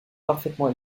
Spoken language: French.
parfaitement